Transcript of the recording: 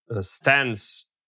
stance